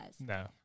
No